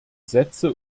sätze